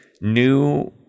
new